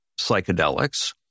psychedelics